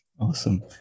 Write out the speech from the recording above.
Awesome